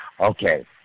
Okay